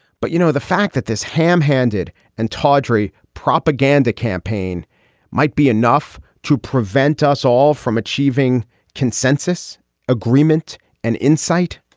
but you know the fact that this ham handed and tawdry propaganda campaign might be enough to prevent us all from achieving consensus agreement and insight.